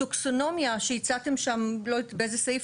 טקסונומיה שהצעתם שם, אני לא יודעת באיזה סעיף.